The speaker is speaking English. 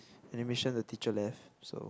animation the teacher left so